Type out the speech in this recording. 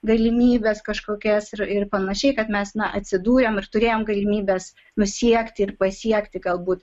galimybes kažkokias ir ir panašiai kad mes atsidūrėm ir turėjom galimybes nu siekti ir pasiekti galbūt